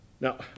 now